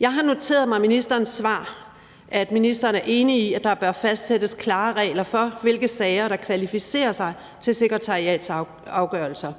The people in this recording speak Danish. Jeg har noteret mig i ministerens svar, at ministeren er enig i, at der bør fastsættes klare regler for, hvilke sager der kvalificerer sig til sekretariatsafgørelser.